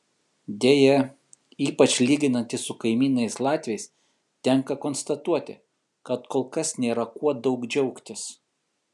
deja ypač lyginantis su kaimynais latviais tenka konstatuoti kad kol kas nėra kuo daug džiaugtis